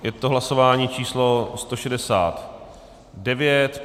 Je to hlasování číslo 169.